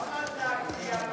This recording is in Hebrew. בכמה עלתה הגבייה ברבעון הראשון,